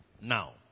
Now